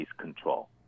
control